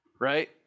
Right